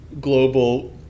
global